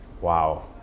Wow